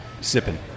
Sipping